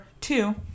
two